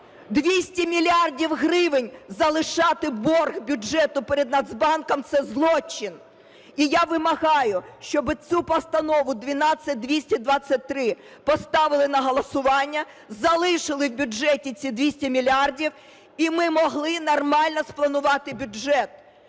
200 мільярдів гривень залишати борг бюджету перед Нацбанком – це злочин. І я вимагаю, щоб цю Постанову 12223 поставили на голосування, залишили в бюджеті ці 200 мільярдів – і ми могли нормально спланувати бюджет.